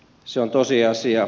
se on tosiasia